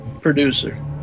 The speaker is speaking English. producer